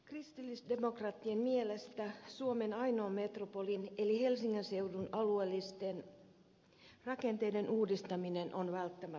kristillisdemokraattien mielestä suomen ainoan metropolin eli helsingin seudun alueellisten rakenteiden uudistaminen on välttämätöntä